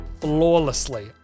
flawlessly